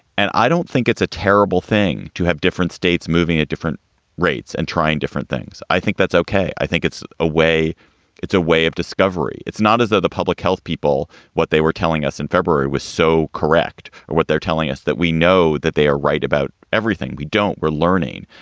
and i don't think it's a terrible thing to have different states moving at different rates and trying different things. i think that's ok. i think it's a way it's a way of discovery. it's not as though the public health people, what they were telling us in february was so correct. what they're telling us that we know that they are right about everything. we don't we're learning.